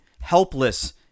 helpless